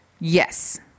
Yes